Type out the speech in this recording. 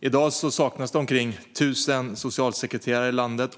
I dag saknas omkring 1 000 socialsekreterare i landet.